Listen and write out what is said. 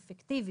אפקטיבית.